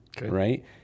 right